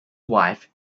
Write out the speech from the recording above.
wife